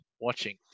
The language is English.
watching